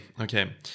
Okay